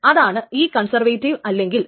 അത് റിക്കവറബിലിറ്റി കൂട്ടുകയും ചെയ്യുന്നു